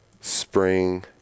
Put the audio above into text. spring